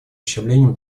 ущемлением